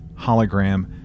hologram